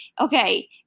okay